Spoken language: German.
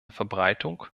verbreitung